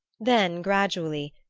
then, gradually,